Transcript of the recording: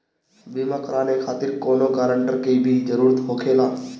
बीमा कराने खातिर कौनो ग्रानटर के भी जरूरत होखे ला?